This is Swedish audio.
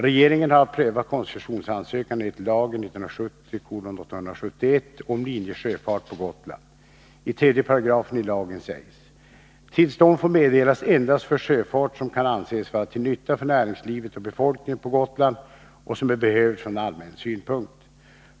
Regeringen har att pröva koncessionsansökan enligt lagen om linjesjöfart på Gotland. I 3 § i lagen sägs: ”Tillstånd får meddelas endast för sjöfart som kan anses vara till nytta för näringslivet och befolkningen på Gotland och som är behövlig från allmän synpunkt.